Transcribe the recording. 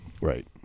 right